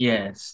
Yes